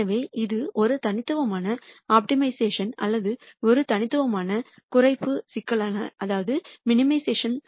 எனவே இது ஒரு தனித்துவமான ஆப்டிமைசேஷன் அல்லது ஒரு தனித்துவமான குறைப்பு சிக்கலாக மாறும்